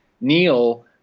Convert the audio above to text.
Neil